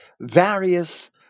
various